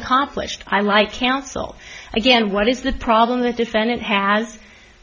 accomplished i like cancel again what is the problem with the senate has